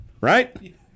Right